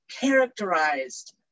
characterized